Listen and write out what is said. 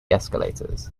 escalators